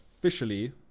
officially